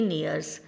years